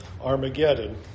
Armageddon